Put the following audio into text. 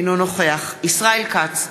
אינו נוכח ישראל כץ,